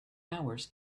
hours